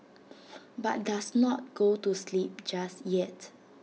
but does not go to sleep just yet